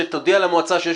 ואתם רשלנים,